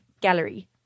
Gallery